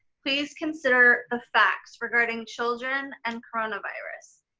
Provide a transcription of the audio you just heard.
please consider the facts regarding children and coronavirus.